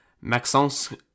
Maxence